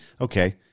Okay